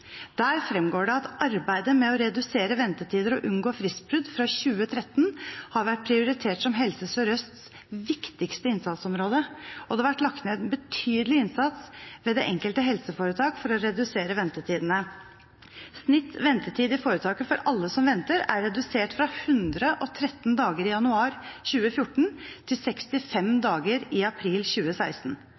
Der fremgår det at arbeidet med å redusere ventetider og unngå fristbrudd fra 2013 har vært prioritert som Helse Sør-Østs viktigste innsatsområde, og det har vært lagt ned en betydelig innsats ved det enkelte helseforetak for å redusere ventetidene. Snitt ventetid i foretaket for alle som venter, er redusert fra 113 dager i januar 2014 til 65 dager i april 2016.